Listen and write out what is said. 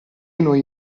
noi